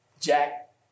Jack